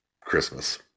Christmas